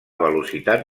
velocitat